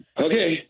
Okay